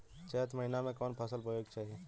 चैत महीना में कवन फशल बोए के चाही?